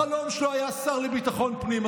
החלום שלו היה השר לביטחון פנים.